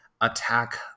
attack